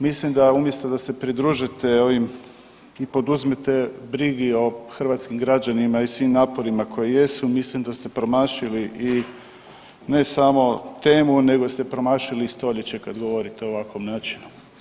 Mislim da umjesto da se pridružite ovim i poduzmete brigi o hrvatskim građanima i svim naporima koje jesu mislim da ste promašili i ne samo temu nego ste promašili stoljeće kad govorite o ovakvom načinu.